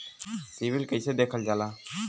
CIBIL कैसे देखल जाला?